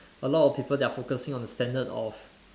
a lot of people that are focusing on the standard of